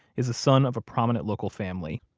is a son of a prominent local family.